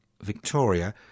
Victoria